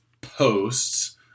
posts